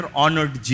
honored